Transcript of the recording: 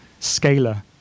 scalar